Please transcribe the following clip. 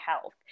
health